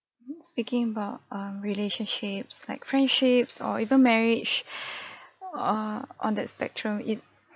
speaking about um relationships like friendships or even marriage err on that spectrum it